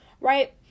Right